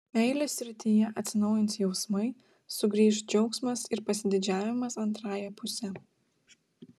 meilės srityje atsinaujins jausmai sugrįš džiaugsmas ir pasididžiavimas antrąja puse